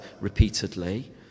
repeatedly